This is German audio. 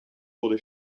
wurde